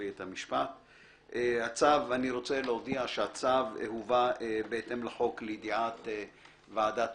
שהצו הובא בהתאם לחוק לידיעת ועדת